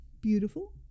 beautiful